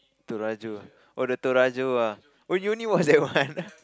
Torajo oh the Torajo ah oh you only watch that one